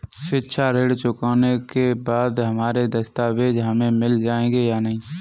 शिक्षा ऋण चुकाने के बाद हमारे दस्तावेज हमें मिल जाएंगे या नहीं?